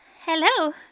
hello